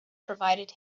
provided